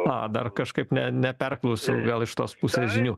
a dar kažkaip ne neperklausiau gal iš tos pusės žinių